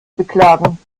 beklagen